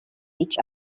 each